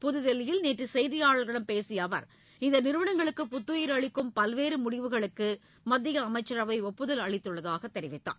புதுதில்லியில் நேற்று செய்தியாளர்களிடம் பேசிய அவர் இந்த நிறுவனங்களுக்கு புத்துயிர் அளிக்கும் பல்வேறு முடிவுகளுக்கு மத்திய அமைச்சரவை ஒப்புதல் அளித்துள்ளதாக தெரிவித்தார்